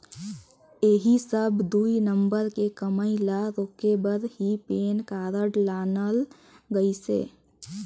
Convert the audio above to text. ऐही सब दुई नंबर के कमई ल रोके घर ही पेन कारड लानल गइसे